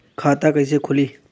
खाता कइसे खुली?